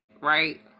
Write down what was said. right